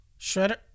Shredder